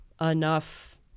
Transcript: enough